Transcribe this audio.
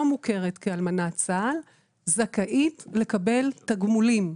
מוכרת כאלמנת צה"ל זכאית לקבל תגמולים,